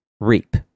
reap